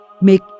make